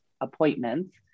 appointments